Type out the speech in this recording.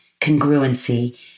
congruency